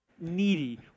needy